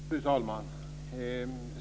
Fru talman!